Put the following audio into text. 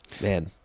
man